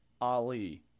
Ali